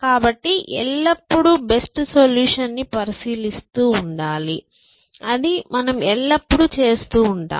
కాబట్టి ఎల్లప్పుడూ best solution న్ని పరిశీలిస్తూ ఉండాలి అది మనం ఎల్లప్పుడూ చేస్తూ ఉంటాం